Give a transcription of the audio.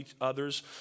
others